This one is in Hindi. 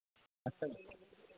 अच्छा